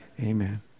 Amen